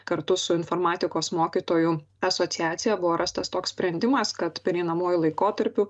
kartu su informatikos mokytojų asociacija buvo rastas toks sprendimas kad pereinamuoju laikotarpiu